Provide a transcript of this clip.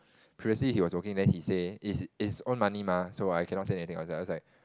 previously he was working then he say is his own money mah so I cannot say anything I was I was like